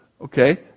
Okay